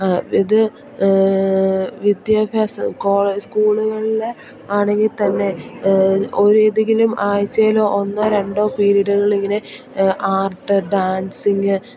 ഇത് വിദ്യാഭ്യാസം കോള സ്കൂളുകളിൽ ആണെങ്കിൽ തന്നെ ഒരു ഏതെങ്കിലും ആഴ്ചയിലോ ഒന്നോ രണ്ടോ പീരീഡുകൾ ഇങ്ങനെ ആർട്ട് ഡാൻസിങ്